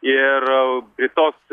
ir prie tos